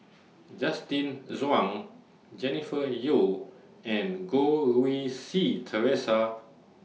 Justin Zhuang Jennifer Yeo and Goh Rui Si Theresa